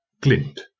glint